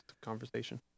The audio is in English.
conversation